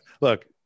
look